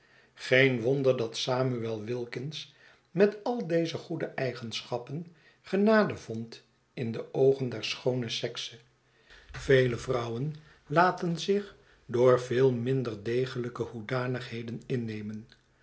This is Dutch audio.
geen wonder dat samuel wilkins met al deze goede eigenschappen genade vond in de oogen der schoone sekse vele vrouwen laten zich door veel minder degelijke hoedanigheden innemen